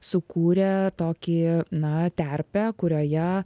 sukūrė tokį na terpę kurioje